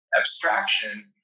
abstraction